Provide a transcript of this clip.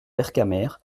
vercamer